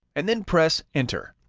and then press enter.